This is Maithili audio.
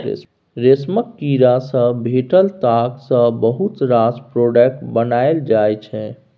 रेशमक कीड़ा सँ भेटल ताग सँ बहुत रास प्रोडक्ट बनाएल जाइ छै